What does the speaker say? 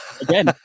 again